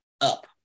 up